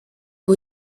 who